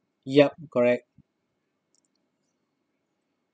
yup correct